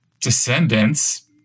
descendants